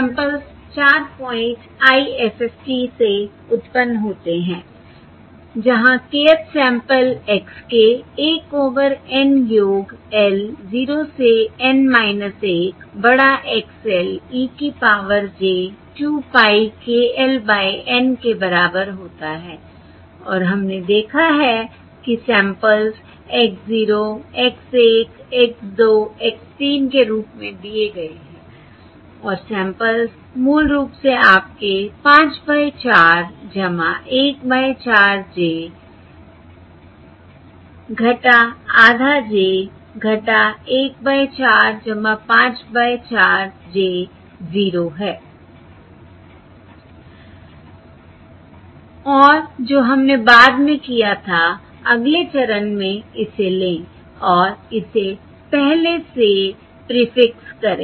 samples 4 point IFFT से उत्पन्न होते हैं जहाँ kth sample x k 1 over N योग l 0 से N 1 बड़ा X l e की power j 2 pie k l by N के बराबर होता है और हमने देखा है कि samples x 0 x 1 x 2 x 3 के रूप में दिए गए हैं और सैंपल्स मूल रूप से आपके 5 बाय 4 1 बाय 4 j आधा j 1 बाय 4 5 बाय 4 j 0 है और जो हमने बाद में किया था अगले चरण में इसे लें और इसे पहले से प्रीफिक्स करें